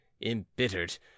embittered